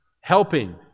helping